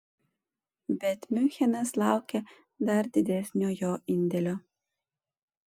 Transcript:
bet miunchenas laukia dar didesnio jo indėlio